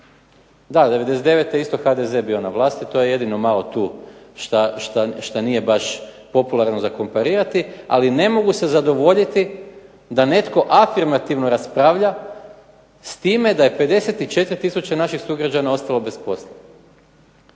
Da, '99.-te je isto HDZ bio na vlasti, to je jedino malo tu što nije baš popularno za komparirati, ali ne mogu se zadovoljiti da netko afirmativno raspravlja s time da je 54 tisuće naših sugrađana ostalo bez posla.